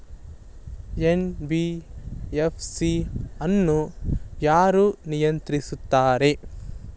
NBFC ಅನ್ನು ಯಾರು ನಿಯಂತ್ರಿಸುತ್ತಾರೆ?